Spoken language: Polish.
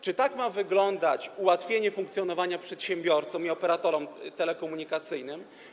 Czy tak ma wyglądać ułatwienie funkcjonowania przedsiębiorcom i operatorom telekomunikacyjnym?